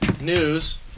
news